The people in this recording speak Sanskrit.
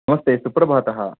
नमस्ते सुप्रभातम्